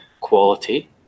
quality